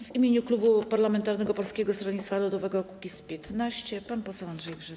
W imieniu klubu parlamentarnego Polskiego Stronnictwa Ludowego - Kukiz15 pan poseł Andrzej Grzyb.